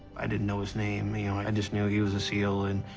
i didn't know his name, you know. i just knew he was a seal, and,